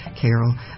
Carol